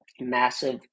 massive